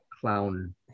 clown